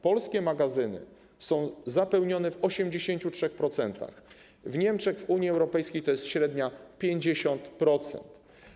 Polskie magazyny są zapełnione w 83%, w Niemczech, w Unii Europejskiej to jest średnio 50%.